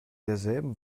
derselben